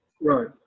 right